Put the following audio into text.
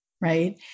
Right